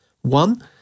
One